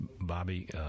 bobby